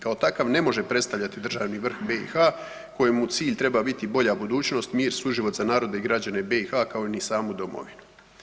Kao takav, ne može predstavljati državni vrh BiH kojemu cilj treba biti bolja budućnost, mir, suživot za narode i građane u BiH, kao ni samu domovinu.